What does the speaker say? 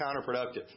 counterproductive